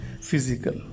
Physical